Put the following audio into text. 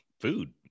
food